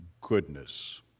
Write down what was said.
goodness